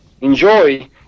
enjoy